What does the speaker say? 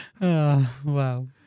Wow